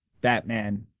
Batman